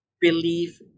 believe